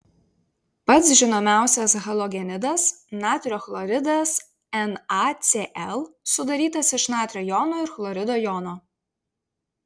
pats žinomiausias halogenidas natrio chloridas nacl sudarytas iš natrio jono ir chlorido jono